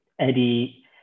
Eddie